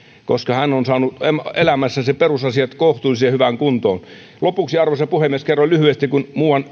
koska hän on saanut elämässänsä perusasiat kohtuullisen hyvään kuntoon lopuksi arvoisa puhemies kerron lyhyesti kun